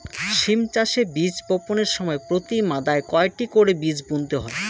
সিম চাষে বীজ বপনের সময় প্রতি মাদায় কয়টি করে বীজ বুনতে হয়?